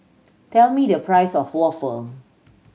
tell me the price of waffle